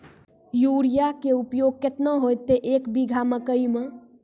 Urea के उपयोग केतना होइतै, एक बीघा मकई मे?